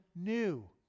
new